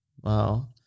Wow